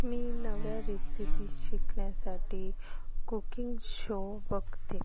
मी नव्या रेसिपी शिकण्यासाठी cooking show बघते